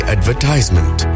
Advertisement